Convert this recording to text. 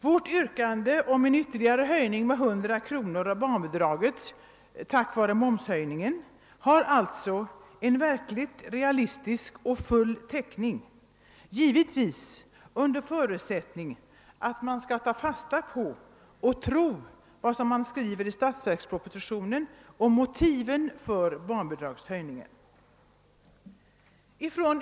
Vårt yrkande om en ytterligare höjning av barnbidraget med 100 kronor på grund av momshöjningen har sålunda full täckning — under förutsättning att man skall ta fasta på vad som skrivits in i statsverkspropositionen om motiven för en höjning av barnbidraget.